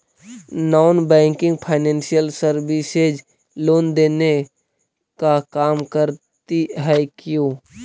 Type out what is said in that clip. Non banking financial services loan देने का काम करती है क्यू?